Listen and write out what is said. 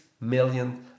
million